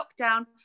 lockdown